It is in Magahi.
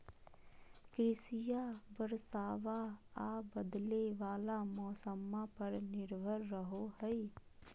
कृषिया बरसाबा आ बदले वाला मौसम्मा पर निर्भर रहो हई